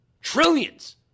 Trillions